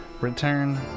return